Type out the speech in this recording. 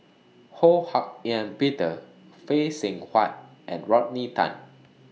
Ho Hak Ean Peter Phay Seng Whatt and Rodney Tan